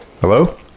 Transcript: Hello